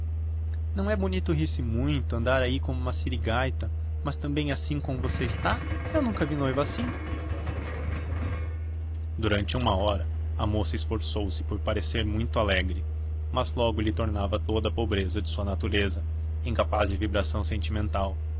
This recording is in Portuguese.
não é bonito rir-se muito andar aí como uma sirigaita mas também assim como você está eu nunca vi noiva assim durante uma hora a moça esforçou se por parecer muito alegre mas logo lhe tornava toda a pobreza de sua natureza incapaz de vibração sentimental